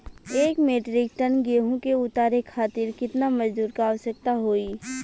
एक metric ton गेहूँ के उतारे खातीर कितना मजदूर क आवश्यकता होई?